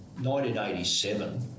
1987